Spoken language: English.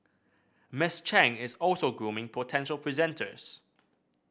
Miss Chang is also grooming potential presenters